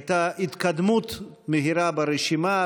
הייתה התקדמות מהירה ברשימה.